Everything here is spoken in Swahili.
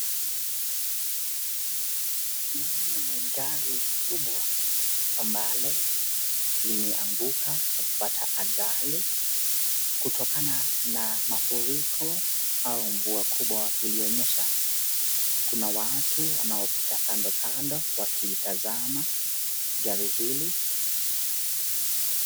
Naona gari kubwa ambalo limeanguka na kupata ajali kutokana na mafuriko au mvua kubwa iliyonyesha. Kuna watu wanaopita kandokando wakiitazama gari hili.